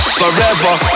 forever